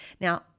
Now